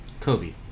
Kobe